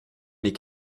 mes